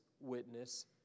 Witness